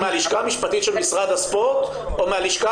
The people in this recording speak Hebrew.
את מהלשכה המשפטית של משרד הספורט או מהלשכה